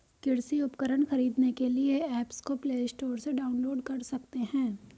कृषि उपकरण खरीदने के लिए एप्स को प्ले स्टोर से डाउनलोड कर सकते हैं